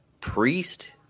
priest